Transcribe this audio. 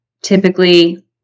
typically